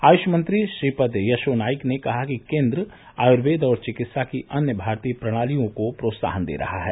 आयुष मंत्री श्रीपद यशो नाइक ने कहा कि केंद्र आयुर्वेद और चिकित्सा की अन्य भारतीय प्रणालियों को प्रोत्साहन दे रहा है